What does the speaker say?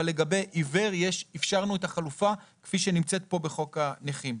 אבל לגבי עיוור אפשרנו את החלופה כפי שנמצאת פה בחוק הנכים.